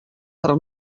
per